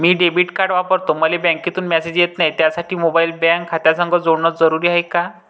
मी debit card वापरतो मले बँकेतून मॅसेज येत नाही, त्यासाठी मोबाईल बँक खात्यासंग जोडनं जरुरी हाय का?